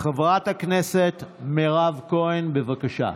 חברת הכנסת מירב כהן, בבקשה.